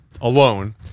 alone